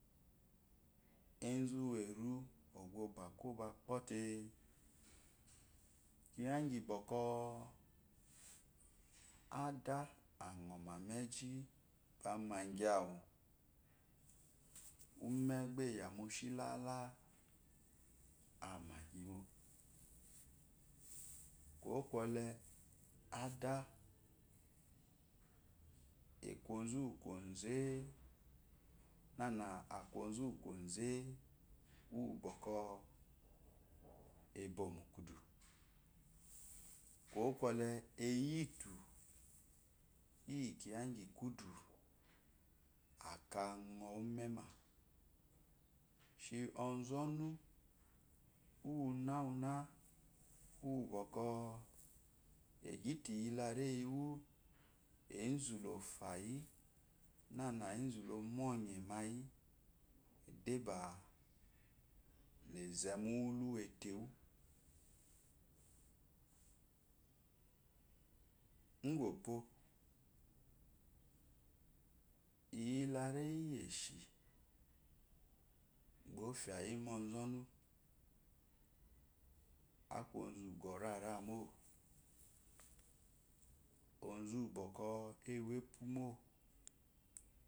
obo bákɔbá pɔte boko adá ánɔmá mú eshi amá liyi áwu umi ba aye moshi halá ámá gyi mó kuwó kwole ada aku oziwu kwoze nana aku oziwu kwoze uwú bokó ebo mu kúkudú kúwo kwole eyitu iyi kiya ingyi kudú. aká unɔ umé má shi øzonu uwu ná úná uwubɔkɔ egyite iyi ls reyi wu ezu la oyite iyi lsa reyi wu ezu la ɔfayi námá ezu lá ommoɔyemaiyin debá la zemu uwulu etewú ugwu opó iyila reyi eshi oráyi ma ɔzɔnu aku ozu ugyó rárámo ozu uwú bɔkɔ ewo epumó